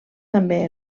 també